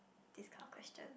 this kind of question